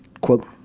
quote